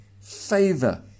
favor